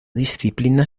disciplina